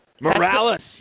Morales